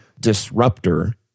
disruptor